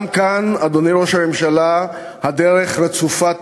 גם כאן, אדוני ראש הממשלה, הדרך רצופה טעויות.